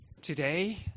Today